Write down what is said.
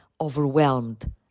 overwhelmed